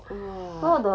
!whoa!